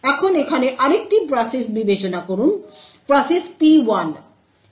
এখন এখানে আরেকটি প্রসেস বিবেচনা করুন প্রসেস P1